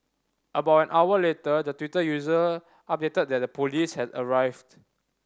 about an hour later the Twitter user updated that the police had arrived